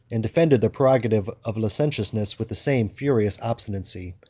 and defended their prerogative of licentiousness with the same furious obstinacy.